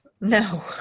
No